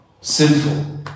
sinful